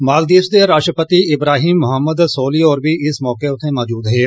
मालदीव्स दे राष्ट्रपति इब्राहिम मोहम्मद सोलिह होर बी इस मौके उत्थे मौजूद हे